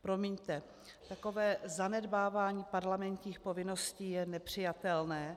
Promiňte, takové zanedbávání parlamentních povinností je nepřijatelné.